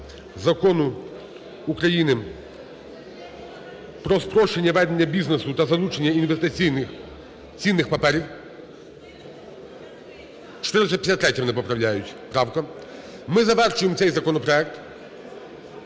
Закону України "Про спрощення ведення бізнесу та залучення інвестиційних цінних паперів". 453-я, мене поправляють, правка. Ми завершуємо цей законопроект